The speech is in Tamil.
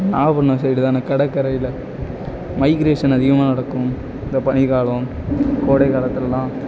நாகப்பட்டணம் சைடு தானே கடற்கரையில் மைக்ரேஷன் அதிகமாக நடக்கும் இந்த பனி காலம் கோடைகாலத்திலலாம்